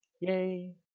Yay